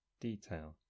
detail